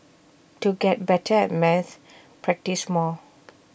to get better at maths practise more